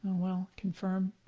well, confirm.